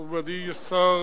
מכובדי, השר